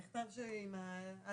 גם